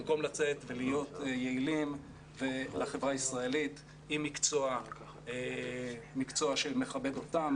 במקום לצאת ולהיות יעילים לחברה הישראלית עם מקצוע שמכבד אותם,